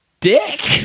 dick